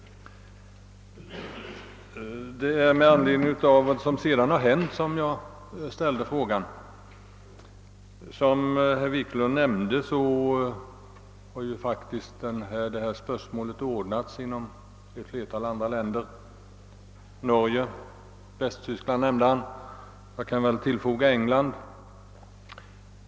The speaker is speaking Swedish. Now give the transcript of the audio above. Det var med anledning av vad som därefter inträffat som jag ställde min fråga. Såsom herr Wiklund nämnde har man infört en tillfredsställande ordning på området i ett flertal andra länder. Han nämnde i detta sammanhang Norge och Västtyskland, och jag kan dessutom tillfoga England.